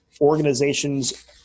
Organizations